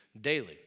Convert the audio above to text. daily